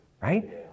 right